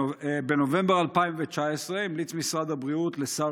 בנובמבר 2019 המליץ משרד הבריאות לשר